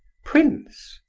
prince?